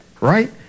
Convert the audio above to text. right